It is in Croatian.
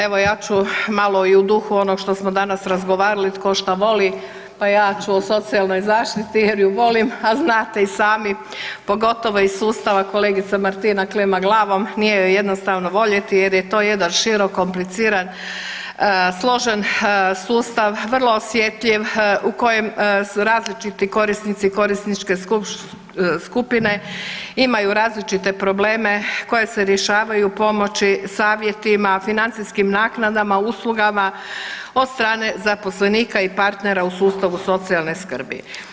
Evo ja ću malo i u duhu onog što smo danas razgovarali tko šta voli, pa ja ću o socijalnoj zaštiti jer ju volim, a znate i sami, pogotovo iz sustava, kolegica Martina klima glavom, nije ju jednostavno voljeti jer je to jedan širok, kompliciran i složen sustav, vrlo osjetljiv, u kojem su različiti korisnici i korisničke skupine imaju različite probleme koji se rješavaju pomoći, savjetima, financijskim naknadama, uslugama od strane zaposlenika i partnera u sustavu socijalne skrbi.